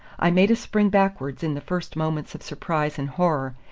i made a spring backwards in the first moment of surprise and horror,